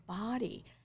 body